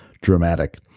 dramatic